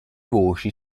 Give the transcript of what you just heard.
voci